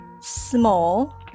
small